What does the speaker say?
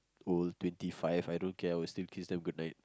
old twenty five I don't care I will still kiss them goodnight